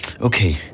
Okay